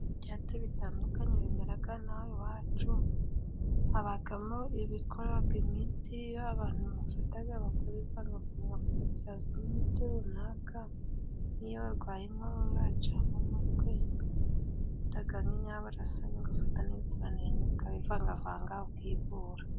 Ibyatsi bitandukanye bimera in'aha iwacu habamo ibikora imiti, iyo abantu bafata bakabivangavanga bakabyazamo imiti runaka, iyo barwaye inkorora cyangwa umutwe, wafataga inyarabasanya, ugafata n'ibifuranende , ukabivangavanga ukivura.